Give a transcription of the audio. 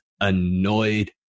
annoyed